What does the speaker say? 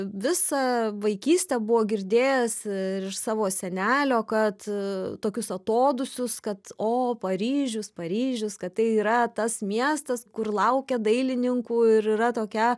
visą vaikystę buvo girdėjęs ir iš savo senelio kad tokius atodūsius kad o paryžius paryžius kad tai yra tas miestas kur laukia dailininkų ir yra tokia